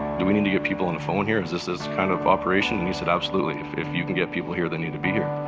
do we need to get people on the phone here. is this this kind of operation? and he said absolutely. if if you can get people here, they need to be here.